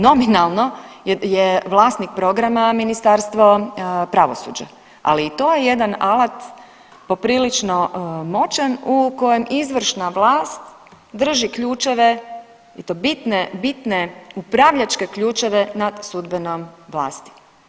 Nominalno je vlasnik programa Ministarstvo pravosuđa ali i to je jedan alat poprilično moćan u kojem izvršna vlast drži ključeve i to bitne, bitne upravljačke ključeve nad sudbenom vlasti.